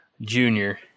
junior